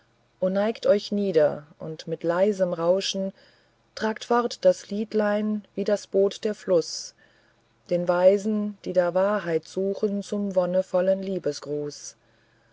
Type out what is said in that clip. neigt euch nieder und mit leisem rauschen tragt fort das liedlein wie das boot der fluß den weisen die da wahrheit suchen zum wonnevollen liebesgruß